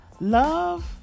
Love